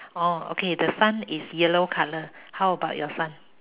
orh okay the sun is yellow color how about your sun